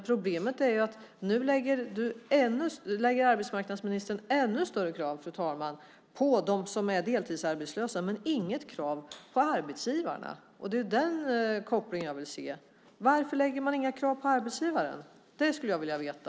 Problemet är att arbetsmarknadsministern ställer ännu högre krav på dem som är deltidsarbetslösa, men inget krav på arbetsgivarna. Det är den kopplingen jag vill se. Varför ställer man inga krav på arbetsgivaren? Det skulle jag vilja veta.